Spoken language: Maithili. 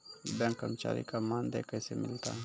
बैंक कर्मचारी का मानदेय कैसे मिलता हैं?